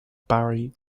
barry